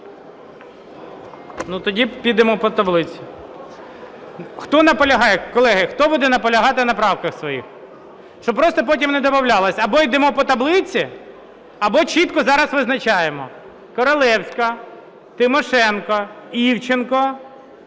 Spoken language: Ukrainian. Ну, тоді підемо по таблиці. Хто наполягає? Колеги, хто буде наполягати на правках своїх? Щоб просто потім не добавлялось. Або ідемо по таблиці, або чітко зараз визначаємо. Королевська, Тимошенко, Івченко.